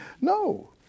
No